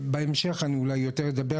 בהמשך אני אולי אדבר יותר,